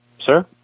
Sir